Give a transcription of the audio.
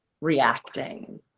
reacting